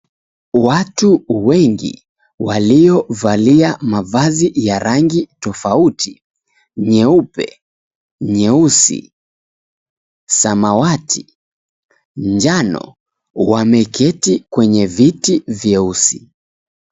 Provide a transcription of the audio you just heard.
Watu wengi waliovalia mavazi ya rangi tofauti; nyeupe, nyeusi, samawati, njano, wameketi kwenye viti vyeusi.